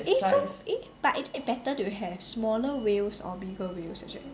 eh so eh but it is better to have smaller wheels or bigger wheels actually